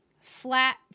flat